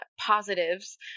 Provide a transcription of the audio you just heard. positives